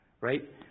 right